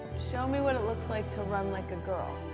show me what it looks like to run like a girl.